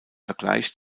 vergleich